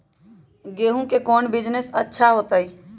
गेंहू के कौन बिजनेस अच्छा होतई?